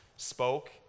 spoke